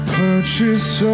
purchase